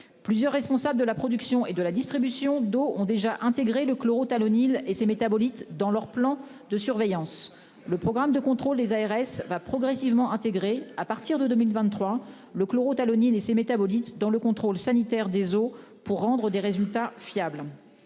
Plusieurs responsables de la production et de la distribution d'eau ont déjà intégré le chlorothalonil et ses métabolites dans leurs plans de surveillance. Le programme de contrôle des agences régionales de santé va progressivement intégrer, à partir de 2023, le chlorothalonil et ses métabolites dans le contrôle sanitaire des eaux pour rendre des résultats fiables.